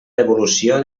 devolució